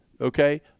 okay